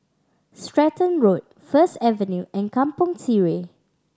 Stratton Road First Avenue and Kampong Sireh